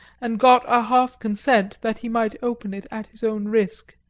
and got a half consent that he might open it at his own risk.